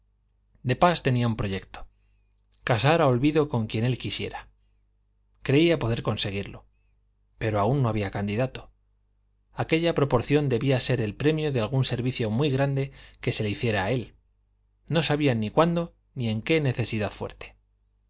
de pas tenía un proyecto casar a olvido con quien él quisiera creía poder conseguirlo pero aún no había candidato aquella proporción debía ser el premio de algún servicio muy grande que se le hiciera a él no sabía cuándo ni en qué necesidad fuerte